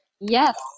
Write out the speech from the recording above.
yes